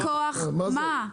מכוח מה?